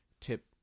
tip